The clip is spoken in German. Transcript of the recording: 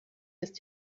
ist